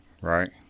right